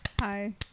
hi